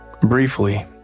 Briefly